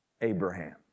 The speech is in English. Abraham